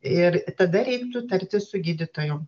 ir tada reiktų tartis su gydytoju